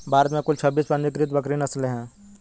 भारत में कुल छब्बीस पंजीकृत बकरी नस्लें हैं